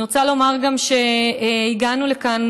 אני רוצה לומר גם שהגענו לכאן,